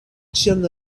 ĉiam